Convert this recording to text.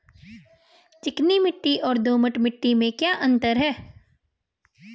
चिकनी मिट्टी और दोमट मिट्टी में क्या अंतर है?